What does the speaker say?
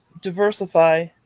Diversify